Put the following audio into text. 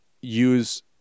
use